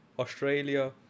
Australia